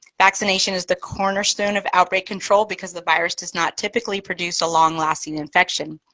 vaccination is the cornerstone of outbreak control. because the virus does not typically produce a long-lasting infection.